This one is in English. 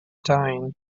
dying